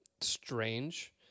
strange